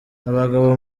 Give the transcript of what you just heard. abagabo